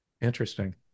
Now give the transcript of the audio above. Interesting